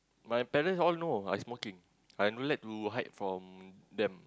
my parents all know I smoking I don't like to hide from them